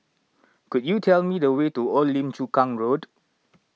could you tell me the way to Old Lim Chu Kang Road